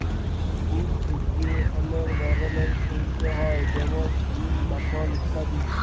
দুধ থেক্যে অলেক ধরলের পল্য হ্যয় যেমল ঘি, মাখল ইত্যাদি